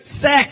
Sex